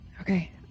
Okay